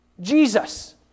Jesus